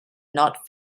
not